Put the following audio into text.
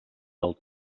del